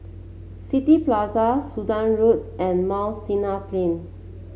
City Plaza Sudan Road and Mount Sinai Plain